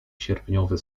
sierpniowy